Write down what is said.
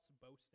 boasting